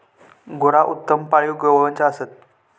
गुरा उत्तम पाळीव गोवंश असत